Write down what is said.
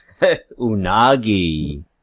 Unagi